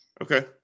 Okay